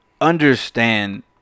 understand